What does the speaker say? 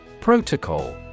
Protocol